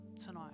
tonight